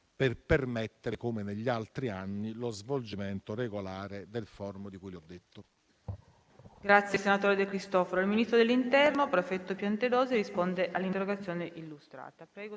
per permettere, come negli altri anni, lo svolgimento regolare del *forum* di cui ho detto.